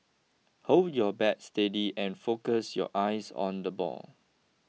hold your bat steady and focus your eyes on the ball